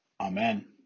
Amen